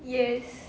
yes